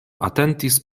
atentis